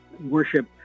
worship